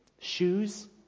Shoes